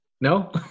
No